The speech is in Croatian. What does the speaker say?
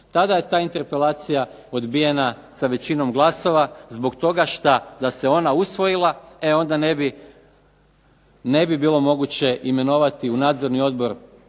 Tada je ta interpelacija odbijena sa većinom glasova zbog toga što da se ona usvojila e onda ne bi bilo moguće imenovati u nadzorni odbor